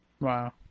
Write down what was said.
Wow